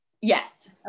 Yes